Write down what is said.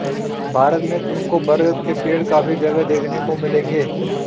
भारत में तुमको बरगद के पेड़ काफी जगह देखने को मिलेंगे